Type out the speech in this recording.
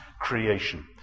creation